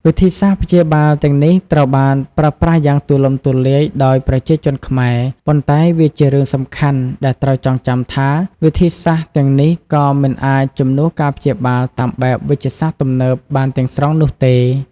វិធីសាស្ត្រព្យាបាលទាំងនេះត្រូវបានប្រើប្រាស់យ៉ាងទូលំទូលាយដោយប្រជាជនខ្មែរ ប៉ុន្តែវាជារឿងសំខាន់ដែលត្រូវចងចាំថា វិធីសាស្ត្រទាំងនេះក៏មិនអាចជំនួសការព្យាបាលតាមបែបវេជ្ជសាស្ត្រទំនើបបានទាំងស្រុងនោះទេ។